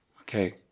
Okay